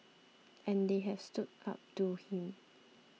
and they have stood up to him